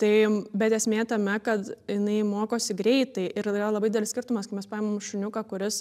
tai bet esmė tame kad jinai mokosi greitai ir yra labai didelis skirtumas kai mes paimam šuniuką kuris